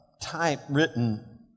typewritten